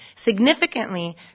Significantly